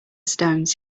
stones